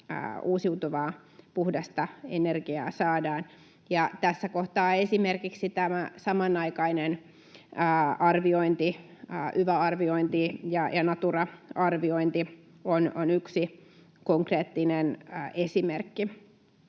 uusiutuvaa, puhdasta energiaa saadaan. Tässä kohtaa esimerkiksi nämä samanaikaiset arvioinnit, yva-arviointi ja Natura-arviointi, ovat yksi konkreettinen esimerkki.